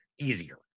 easier